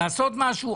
לעשות משהו?